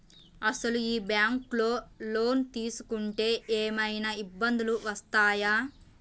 అసలు ఈ బ్యాంక్లో లోన్ తీసుకుంటే ఏమయినా ఇబ్బందులు వస్తాయా?